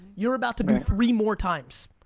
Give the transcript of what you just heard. you're about to do three more times.